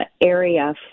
area